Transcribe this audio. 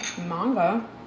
manga